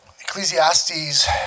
Ecclesiastes